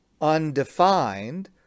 undefined